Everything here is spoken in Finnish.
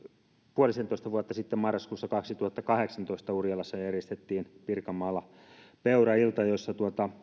puolisentoista vuotta sitten marraskuussa kaksituhattakahdeksantoista urjalassa pirkanmaalla järjestettiin peurailta jossa